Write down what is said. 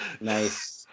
Nice